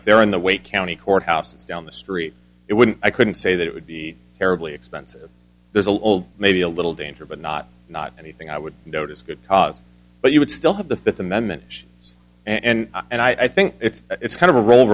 if they're in the wake county courthouse down the street it wouldn't i couldn't say that it would be terribly expensive there's a little maybe a little danger but not not anything i would notice could cause but you would still have the fifth amendment and and i think it's it's kind of a role